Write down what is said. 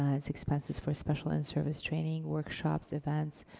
ah it's expenses for special in-service training, workshops, events,